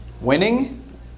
winning